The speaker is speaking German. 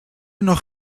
noch